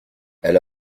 elle